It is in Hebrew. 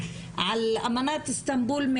על אמנת איסטנבול,